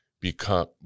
become